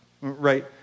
Right